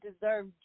deserve